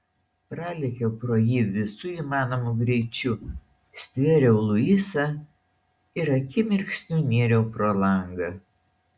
pralėkiau pro jį visu įmanomu greičiu stvėriau luisą ir akimirksniu nėriau pro langą